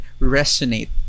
resonate